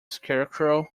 scarecrow